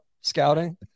scouting